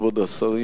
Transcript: כבוד השרים,